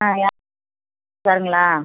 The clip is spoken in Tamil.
ஆ சாருங்களா